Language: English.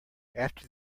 after